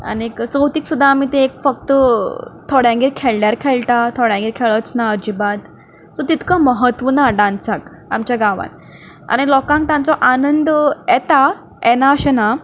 आनी चवथीक सुदां आमी तें एक फकत थोड्यांगेर खेळल्यार खेळटात थोड्यांगेर खेळच ना अजिबात सो तितलें म्हत्व ना डांसाक आमच्या गांवांत आनी लोकांक ताचो आनंद येता येना अशें ना